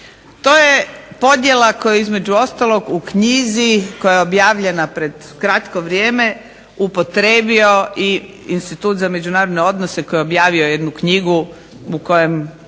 To je podjela koju između ostalog u knjizi koja je objavljena pred kratko vrijeme upotrijebio i Institut za međunarodne odnose koji je objavio jednu knjigu u kojoj